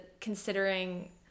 considering